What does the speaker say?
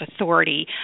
authority